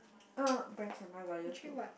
uh brands am I loyal to